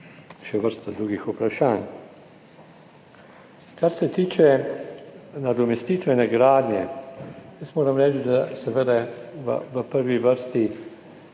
še vrsto drugih vprašanj. Kar se tiče nadomestitvene gradnje, jaz moram reči, da seveda v prvi vrsti